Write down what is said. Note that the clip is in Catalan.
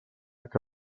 que